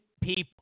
people